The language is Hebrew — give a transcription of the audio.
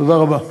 תודה רבה.